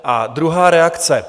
A druhá reakce.